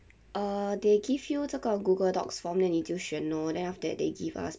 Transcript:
err they give you 这个 google docs from there 你就选 lor then after that they give us